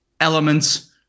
elements